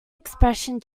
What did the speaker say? expression